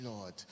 Lord